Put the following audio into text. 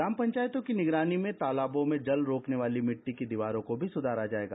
ग्राम पंचायतों की निगरानी में तालाबों में जल रोकने वाली मिट्टी की दीवारों को भी सुधारा जाएगा